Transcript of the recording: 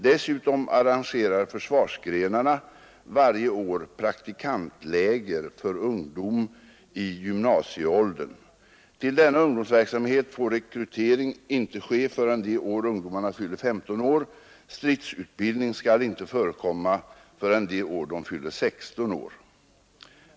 Dessutom arrangerar försvarsgrenarna varje år praktikantläger för ungdom i gymnasieåldern, Till denna ungdomsverksamhet får rekrytering inte ske förrän det år ungdomarna fyller 15 år. Stridsutbildning skall inte förekomma förrän det år de fyller 16 år.